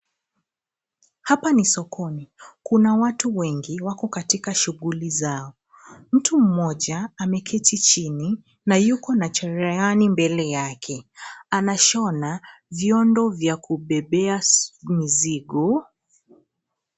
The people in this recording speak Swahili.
Hapa ni sokoni. Kuna watu wengi wako katika shuguli zao mtu mmoja ameketi chini na yuko na cherehani mbele yake. Anashona viondo vya kubebea mizigo.